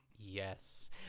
Yes